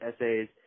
essays